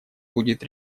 будет